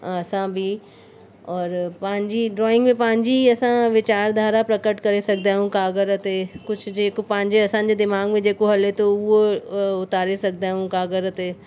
असां बि और पंहिंजी ड्रॉइंग में पंहिंजी असां वीचारु धारा प्रकट करे सघंदा आहियूं काॻर ते कुझु जेको पंहिंजे असांजे दिमाग़ में जेको हले थो उहो उतारे सघंदा आहियूं काॻर ते